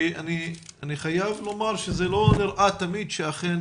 כי אני חייב לומר שזה לא תמיד נראה שאכן